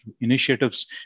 initiatives